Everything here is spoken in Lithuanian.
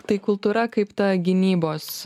tai kultūra kaip ta gynybos